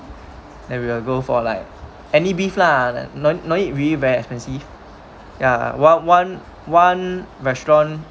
then we will go for like any beef lah like no need really very expensive yeah one one one restaurant